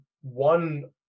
one